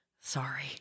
Sorry